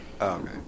Okay